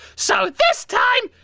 so this time,